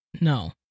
No